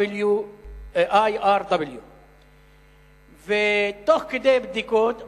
IRW. תוך כדי בדיקות,